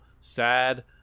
sad